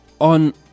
on